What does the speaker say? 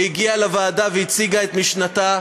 שהגיעה לוועדה והציגה את משנתה.